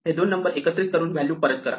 हे दोन नंबर एकत्रित करून व्हॅल्यू परत करा